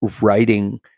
writing